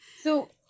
So-